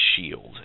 shield